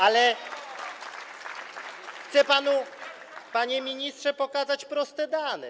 Ale chcę panu, panie ministrze, pokazać proste dane.